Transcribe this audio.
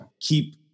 keep